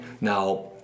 Now